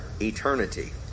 eternity